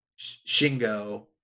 Shingo